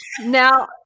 Now